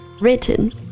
written